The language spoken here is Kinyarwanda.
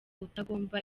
utagomba